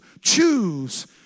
choose